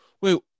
Wait